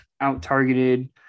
out-targeted